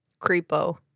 Creepo